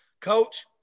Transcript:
Coach